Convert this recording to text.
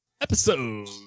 Episode